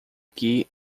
aqui